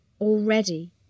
Already